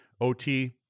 OT